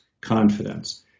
confidence